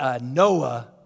Noah